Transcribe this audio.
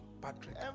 Patrick